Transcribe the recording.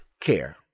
care